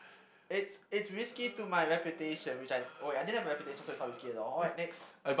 it's it's risky to my reputation which I oh I didn't have a reputation so it's not risky at all alright next